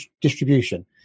distribution